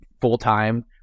full-time